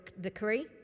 decree